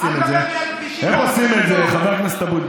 אל תדבר לי על כבישים עוקפים,